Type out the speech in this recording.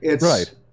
Right